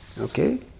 Okay